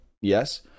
yes